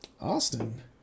Austin